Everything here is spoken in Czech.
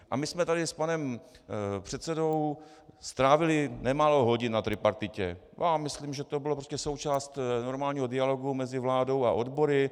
A my jsme tady s panem předsedou strávili nemálo hodin na tripartitě a myslím, že to byla prostě součást normálního dialogu mezi vládou a odbory.